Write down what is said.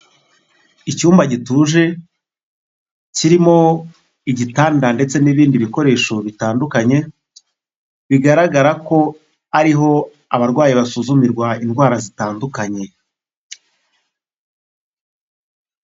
Icyumba gituje kirimo igitanda ndetse n'ibindi bikoresho bitandukanye bigaragara ko ariho abarwayi basuzumirwa indwara zitandukanye.